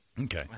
Okay